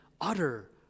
utter